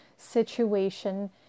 situation